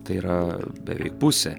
tai yra beveik pusė